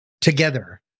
together